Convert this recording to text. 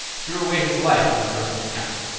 threw away his life in the first encounter.